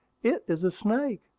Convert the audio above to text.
it is a snake!